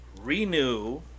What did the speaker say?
Renew